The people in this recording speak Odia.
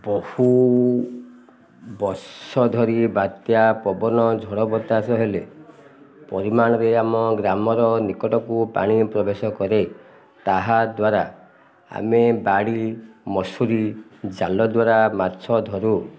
ବହୁ ବର୍ଷ ଧରି ବାତ୍ୟା ପବନ ଝଡ଼ ବଚାଶ ହେଲେ ପରିମାଣରେ ଆମ ଗ୍ରାମର ନିକଟକୁ ପାଣି ପ୍ରବେଶ କରେ ତାହାଦ୍ୱାରା ଆମେ ବାଡ଼ି ମସୁୁରୀ ଜାଲ ଦ୍ୱାରା ମାଛ ଧରୁ